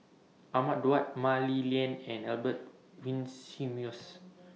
Ahmad Daud Mah Li Lian and Albert Winsemius